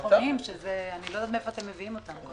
שהם לא נכונים שאני לא יודעת מאיפה אתם מביאים אותם.